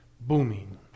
booming